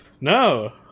No